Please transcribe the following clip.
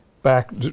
back